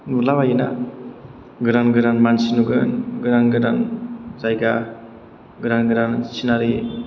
नुला बायोना गोदान गोदान मानसि नुगोन गोदान गोदान जायगा गोदान गोदान सिनारि